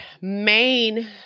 main